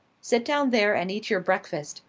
sit down there and eat your breakfast,